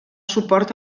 suport